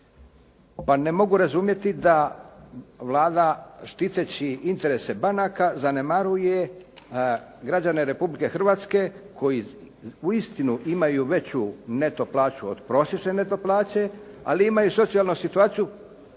ne mogu razumjeti da Vlada štiteći interese banaka zanemaruje građane Republike Hrvatske koji uistinu imaju veću neto plaću od prosječne neto plaće, ali imaju socijalnu situaciju